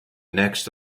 next